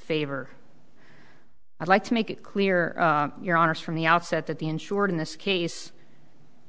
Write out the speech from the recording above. favor i'd like to make it clear you're honest from the outset that the insured in this case